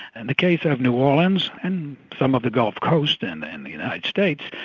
and the case of new orleans and some of the gulf coast in the in the united states,